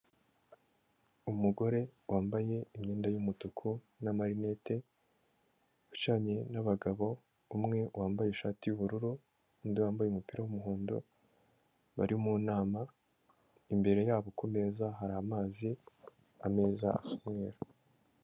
Umugore wambaye imyenda y'umutuku n'amarinete, wicaranye n'abagabo, umwe wambaye ishati y'ubururu n'undi wambaye umupira w'umuhondo bari mu nama, imbere yabo ku meza hari amazi, ameza asa umweru.